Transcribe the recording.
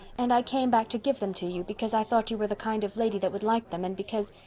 and i came back to give them to you because i thought you were the kind of lady that would like them, and because.